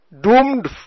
Doomed